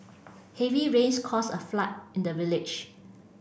heavy rains caused a flood in the village